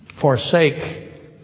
forsake